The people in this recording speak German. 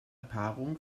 paarung